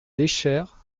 léchère